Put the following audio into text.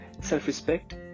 Self-respect